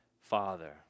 father